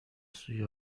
سوی